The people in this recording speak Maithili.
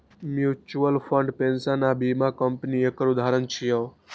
म्यूचुअल फंड, पेंशन आ बीमा कंपनी एकर उदाहरण छियै